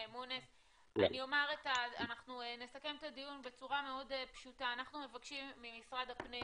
אנחנו נסכם את הדיון בצורה מאוד פשוטה: אנחנו מבקשים ממשרד הפנים